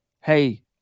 hey